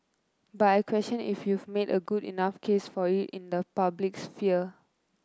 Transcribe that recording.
but I question if you've made a good enough case for it in the public sphere